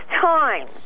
time